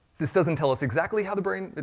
this doesn't tell us exactly how the brain.